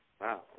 Wow